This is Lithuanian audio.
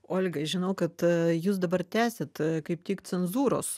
olga žinau kad jūs dabar tęsiat kaip tik cenzūros